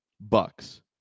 Bucks